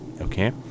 Okay